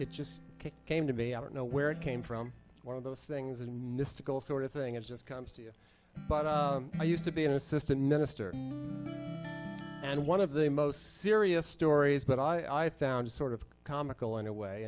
it just came to me i don't know where it came from one of those things and mystical sort of thing it just comes to you but i used to be an assistant minister and one of the most serious stories but i found sort of comical in a way